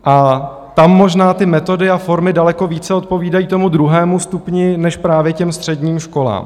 A tam možná ty metody a formy daleko více odpovídají tomu druhému stupni než právě těm středním školám.